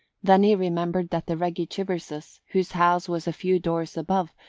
then he remembered that the reggie chiverses, whose house was a few doors above,